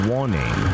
Warning